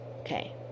Okay